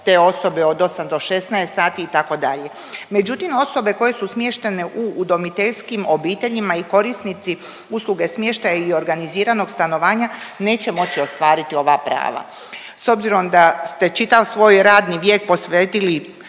te osobe od 8 do 16 sati itd. Međutim osobe koje su smještene u udomiteljskim obiteljima i korisnici usluge smještaja i organiziranog stanovanja, neće moći ostvariti ova prava. S obzirom da ste čitav svoj radni vijek posvetili